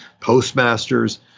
postmasters